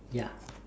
ya